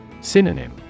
Synonym